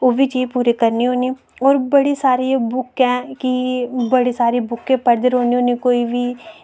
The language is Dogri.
ओहबी चीज पूरी करनी होन्नी और बड़ी सारी बुक ऐं की बड़ी सारी बुक पढ़दी रौह्नी होन्नी कोई बी